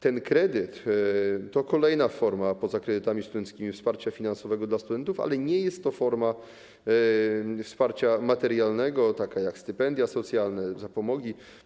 Ten kredyt to kolejna forma, poza kredytami studenckimi, wsparcia finansowego dla studentów, ale nie jest to forma wsparcia materialnego jak stypendia socjalne czy zapomogi.